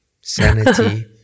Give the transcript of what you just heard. Sanity